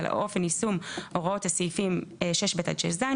על אופן יישום הוראות סעיפים 6ב עד 6ז,